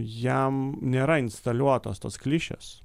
jam nėra instaliuotos tos klišės